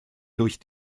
durch